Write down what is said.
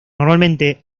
normalmente